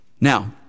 Now